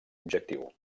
objectiu